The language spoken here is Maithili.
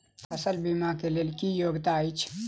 फसल बीमा केँ लेल की योग्यता अछि?